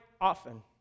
often